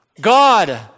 God